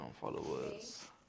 followers